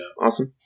awesome